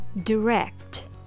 direct